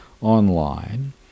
online